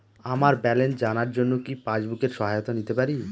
আমার ব্যালেন্স জানার জন্য কি পাসবুকের সহায়তা নিতে পারি?